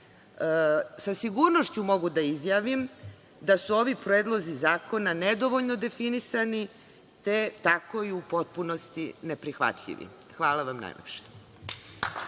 sa sigurnošću mogu da izjavim, da su ovi predlozi zakona nedovoljno definisani, te tako i u potpunosti neprihvatljivi. Hvala vam najlepše.